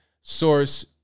Source